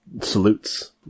salutes